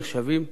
נחשבים כולם,